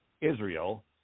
israel